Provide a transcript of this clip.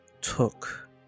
took